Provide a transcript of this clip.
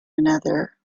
another